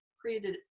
created